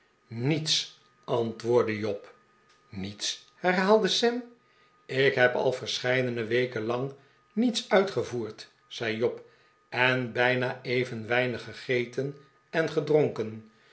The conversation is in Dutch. niets antwoordde job niets herhaalde sam ik heb al verscheidene weken lang niets uitgevoerd zei job en bijna even weinig gegeten en gedronken